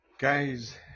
Guys